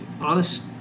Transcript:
honest